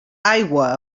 aigua